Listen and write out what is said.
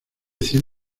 cien